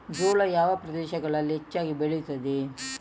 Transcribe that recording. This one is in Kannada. ಜೋಳ ಯಾವ ಪ್ರದೇಶಗಳಲ್ಲಿ ಹೆಚ್ಚಾಗಿ ಬೆಳೆಯುತ್ತದೆ?